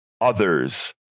others